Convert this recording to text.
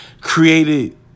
created